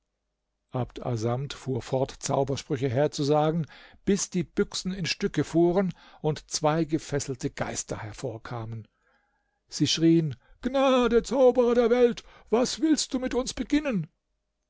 abd assamd fuhr fort zaubersprüche herzusagen bis die büchsen in stücke fuhren und zwei gefesselte geister hervorkamen sie schrien gnade zauberer der welt was willst du mit uns beginnen